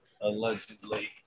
allegedly